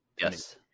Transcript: Yes